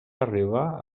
arribar